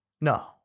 No